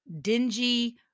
dingy